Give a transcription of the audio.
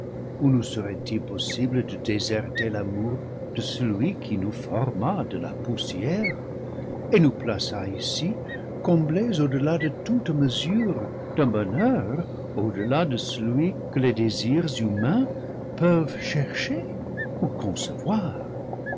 ou nous serait-il possible de déserter l'a l'a de celui qui nous forma de la poussière et nous plaça ici comblés au-delà de toute mesure d'un bonheur au-delà de celui que les désirs humains peuvent chercher ou concevoir